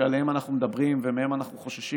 שעליהם אנחנו מדברים ומהם אנחנו חוששים,